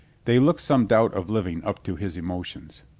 they looked some doubt of living up to his emotions.